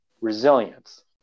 resilience